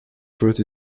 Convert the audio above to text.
fruit